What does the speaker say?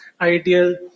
ideal